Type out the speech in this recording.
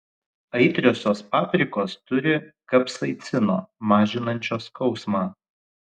aitriosios paprikos turi kapsaicino mažinančio skausmą